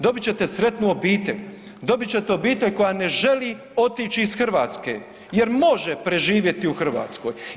Dobit ćete sretnu obitelj, dobit ćete obitelj koja ne želi otići iz Hrvatske jer može preživjeti u Hrvatskoj.